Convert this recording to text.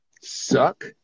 suck